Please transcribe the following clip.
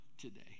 today